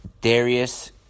Darius